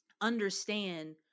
understand